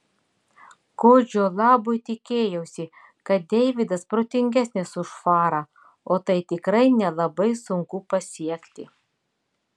kodžio labui tikėjausi kad deividas protingesnis už farą o tai tikrai nelabai sunku pasiekti